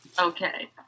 Okay